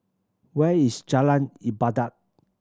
where is Jalan Ibadat